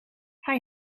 hij